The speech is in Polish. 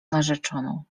narzeczoną